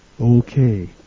Okay